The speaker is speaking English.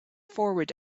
forward